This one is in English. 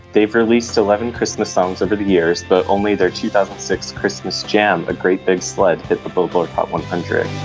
they've released eleven christmas songs over the years, but only their two thousand and six christmas jam. a great big sled hit the billboard hot one hundred.